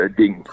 ding